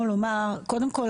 קודם כל,